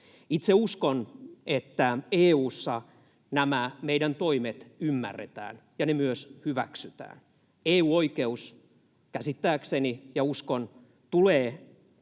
Itse uskon, että EU:ssa nämä meidän toimet ymmärretään ja ne myös hyväksytään. EU-oikeus käsittääkseni, ja uskon niin, tulee tässä